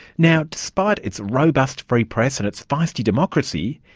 now, despite its robust free press and its feisty democracy,